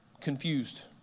confused